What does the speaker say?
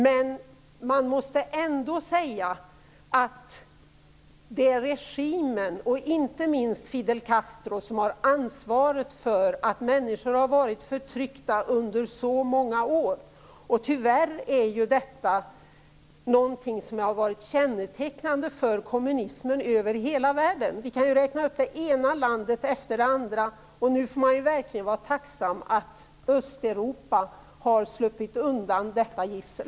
Men man måste ändå säga att det är regimen och inte minst Fidel Castro som har ansvaret för att människor har varit förtryckta under så många år. Tyvärr är detta någonting som har varit kännetecknande för kommunismen över hela världen. Vi kan räkna upp det ena landet efter det andra. Man får verkligen vara tacksam att Östeuropa har sluppit undan detta gissel.